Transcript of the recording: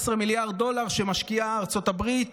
מיליארד הדולרים שמשקיעה ארצות הברית